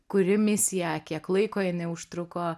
kuri misija kiek laiko jinai užtruko